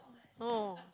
oh